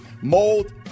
mold